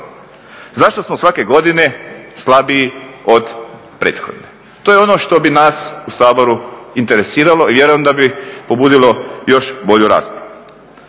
zašto smo svake godine slabiji od prethodne? To je ono što bi nas u Saboru interesiralo i vjerujem da bi pobudilo još bolju raspravu.